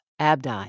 Abdi